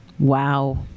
Wow